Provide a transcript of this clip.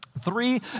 Three